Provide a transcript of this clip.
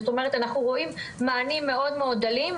זאת אומרת אנחנו רואים מענים מאוד מאוד דלים,